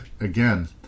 again